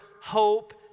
hope